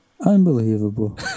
Unbelievable